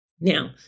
Now